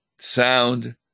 sound